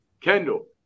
Kendall